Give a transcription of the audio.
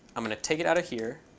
i'm going to take it out of here.